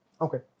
Okay